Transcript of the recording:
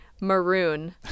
maroon